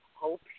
Hope